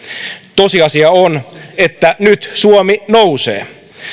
tosiasia on että nyt suomi nousee